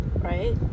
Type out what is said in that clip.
right